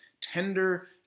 tender